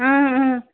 اۭں اۭں